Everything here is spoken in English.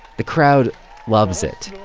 the crowd loves it.